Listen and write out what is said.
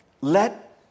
let